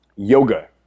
Yoga